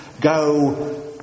go